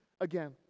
again